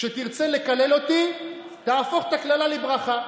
כשתרצה לקלל אותי, תהפוך את הקללה לברכה,